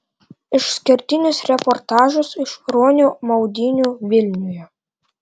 išskirtinis reportažas iš ruonių maudynių vilniuje